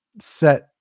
set